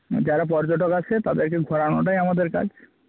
যারা পর্যটক আসে তাদেরকে ঘোরানোটাই আমাদের কাজ